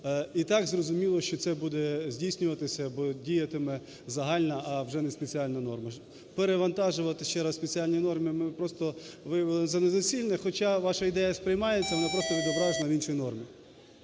і так зрозуміло, що це буде здійснюватися або діятиме загальна, а вже не спеціальна норма. Перевантажувати ще раз спеціальні норми ми просто виявили за недоцільне, хоча ваша ідея сприймається, вона просто відображена в іншій нормі.